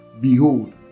Behold